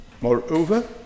Moreover